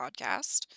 Podcast